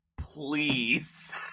Please